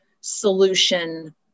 solution